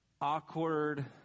awkward